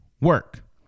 work